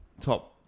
top